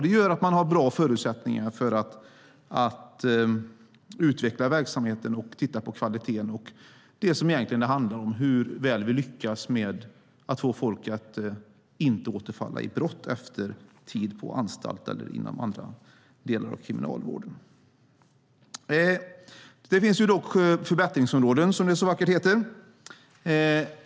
Det gör att man har goda förutsättningar för att utveckla verksamheten, se på kvaliteten och se på hur väl man lyckas med att få folk att inte återfalla i brott efter tiden på anstalt eller inom andra delar av kriminalvården. Det finns dock förbättringsområden, som det så vackert heter.